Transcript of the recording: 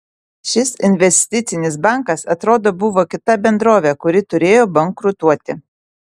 šis investicinis bankas atrodo buvo kita bendrovė kuri turėjo bankrutuoti